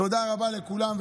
תודה רבה לכולם.